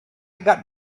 got